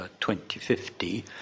2050